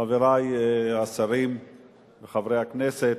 חברי השרים וחברי הכנסת,